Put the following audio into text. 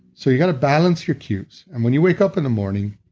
so you got to balance your qs and when you wake up in the morning,